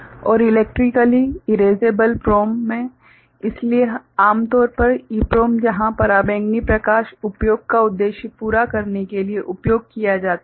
और electrically erasable PROM में इसलिए आम तौर पर EPROM जहां पराबैंगनी प्रकाश उपयोग का उद्देश्य पूरा करने के लिए उपयोग किया जाता है